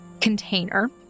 container